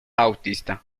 bautista